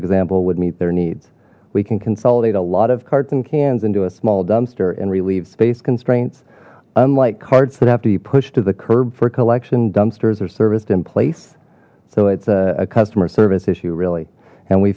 example would meet their needs we can consolidate a lot of carts and cans into a small dumpster and relieve space constraints unlike carts that have to be pushed to the curb for collection dumpsters are serviced in place so it's a customer service issue really and we